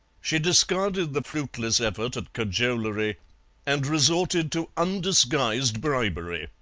she discarded the fruitless effort at cajolery and resorted to undisguised bribery.